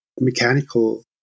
mechanical